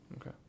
Okay